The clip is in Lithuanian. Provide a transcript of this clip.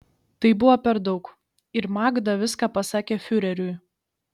tai buvo per daug ir magda viską pasakė fiureriui